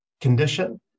condition